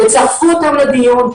יצרפו אותם לדיון,